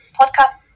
podcast